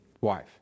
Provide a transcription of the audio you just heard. wife